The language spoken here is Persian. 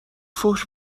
فحش